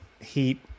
heat